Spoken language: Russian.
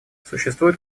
существуют